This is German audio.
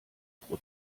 pro